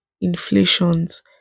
inflations